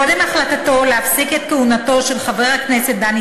קודם החלטתו להפסיק את כהונתו של חבר הכנסת דני